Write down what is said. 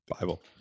Bible